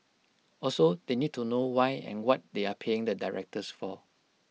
also they need to know why and what they are paying the directors for